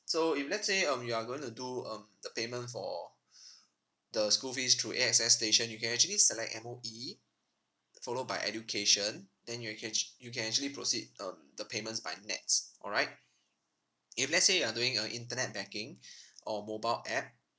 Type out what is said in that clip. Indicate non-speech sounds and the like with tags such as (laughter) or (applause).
so if let's say um you're going to do um the payment for (breath) the school fees through A_X_S station you can actually select M_O_E followed by education then you can act~ you can actually proceed um the payments by NETS alright if let's say you're doing uh internet banking (breath) or mobile app